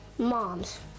Moms